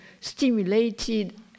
stimulated